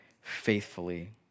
faithfully